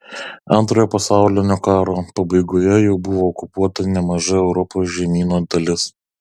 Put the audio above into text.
antrojo pasaulinio karo pabaigoje jau buvo okupuota nemaža europos žemyno dalis